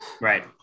Right